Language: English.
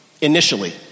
initially